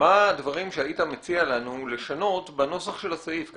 מה הדברים שהיית מציע לנו לשנות בנוסח של הסעיף כי